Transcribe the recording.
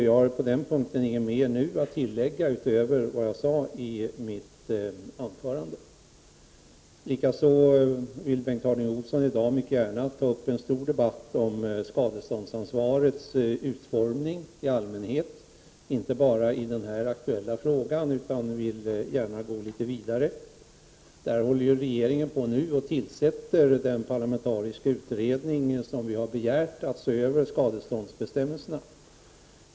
Jag har på den punkten inget mer att tillägga utöver det jag sade i mitt anförande. Likaså vill Bengt Harding Olson i dag mycket gärna ta upp en stor debatt om skadeståndsansvarets utformning i allmänhet, inte bara i den här aktuella frågan, utan han vill gärna gå litet vidare. I det fallet håller regeringen nu på att tillsätta den parlamentariska utredning som vi har begärt för att se över skadeståndsbestämmelserna.